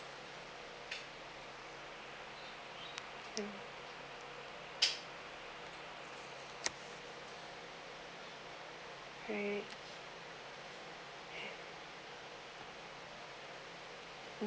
ya right